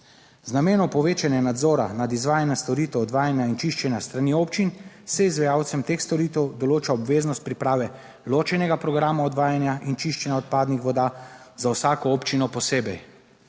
Z namenom povečanja nadzora nad izvajanjem storitev odvajanja in čiščenja s strani občin se izvajalcem teh storitev določa obveznost priprave ločenega programa odvajanja in čiščenja odpadnih voda za vsako občino posebej.